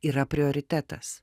yra prioritetas